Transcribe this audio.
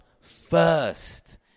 first